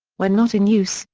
when not in use,